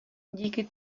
díky